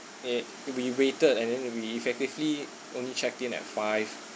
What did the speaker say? it made we waited and then we effectively only checked in at five